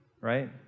right